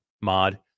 mod